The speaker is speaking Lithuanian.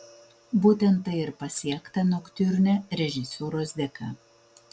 būtent tai ir pasiekta noktiurne režisūros dėka